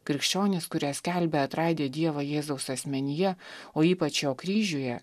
krikščionys kurie skelbia atradę dievą jėzaus asmenyje o ypač jo kryžiuje